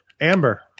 Amber